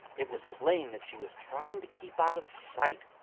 it was plain that she was trying to keep out of sight,